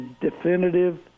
definitive